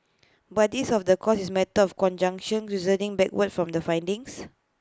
but this of the course is matter of conjunction reasoning backward from the findings